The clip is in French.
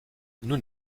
nous